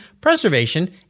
Preservation